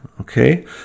okay